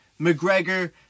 McGregor